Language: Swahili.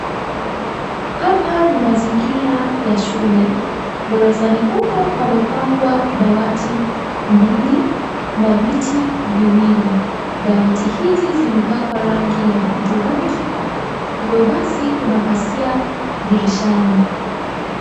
Hapa ni mazingira ya shule. Darasani humo pamepangwa dawati mbili na viti viwili. Dawati hizi zimepakwa rangi ya hudhurungi. Hivo basi kuna pazia dirishani.